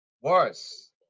Worse